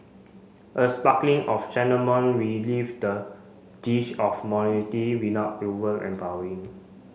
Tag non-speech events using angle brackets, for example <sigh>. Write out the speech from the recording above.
a sparkling of cinnamon relieve the dish of <unintelligible> over empowering